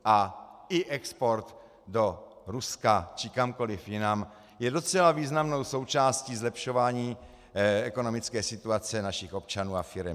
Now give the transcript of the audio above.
A i export do Ruska či kamkoliv jinam je docela významnou součástí zlepšování ekonomické situace našich občanů a firem.